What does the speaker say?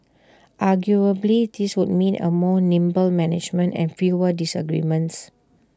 arguably this would mean A more nimble management and fewer disagreements